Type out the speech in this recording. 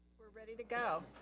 we're ready to go.